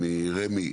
מרמ"י,